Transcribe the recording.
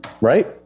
Right